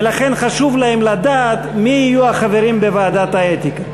ולכן חשוב להם לדעת מי יהיו החברים בוועדת האתיקה.